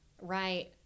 Right